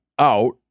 out